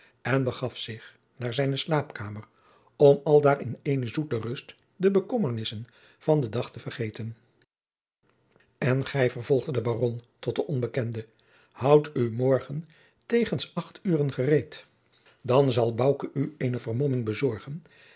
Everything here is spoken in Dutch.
en begaf zich naar zijne slaapkamer om aldaar in eene zoete rust de bekommernissen van den dag te vergeten en gij vervolgde de baron tot den onbekende houd u morgen tegens acht uren gereed dan zal bouke u eene vermomming bezorgen